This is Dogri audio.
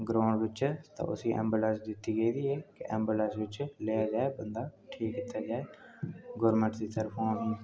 ग्राऊंड ऐम्बुलैंस दिती दी ऐ स्पैशल ऐम्बुलैंस च लैता जाए ते ठीक कीता जाए